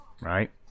right